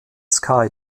sky